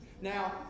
Now